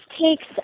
takes